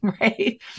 right